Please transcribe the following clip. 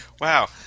Wow